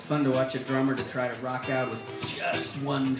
fun to watch a drummer to try to rock out of this one